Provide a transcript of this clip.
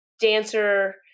dancer